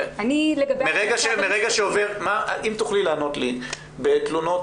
אם תוכלי לענות לי לגבי תלונות